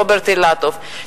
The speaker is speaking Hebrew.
רוברט אילטוב,